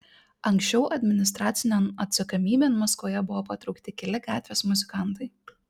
anksčiau administracinėn atsakomybėn maskvoje buvo patraukti keli gatvės muzikantai